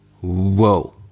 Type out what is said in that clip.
Whoa